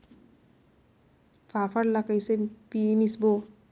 फाफण ला कइसे मिसबो?